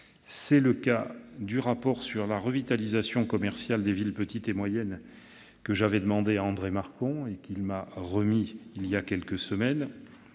C'est le cas du rapport sur la revitalisation commerciale des villes petites et moyennes, que j'avais demandé à André Marcon et qu'il m'a remis voilà quelques semaines.